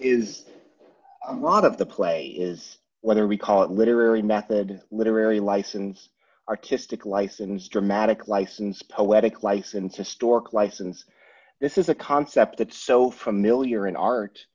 is a lot of the play is whether we call it literary method literary license artistic license dramatic license poetic license historic license this is a concept that so familiar in art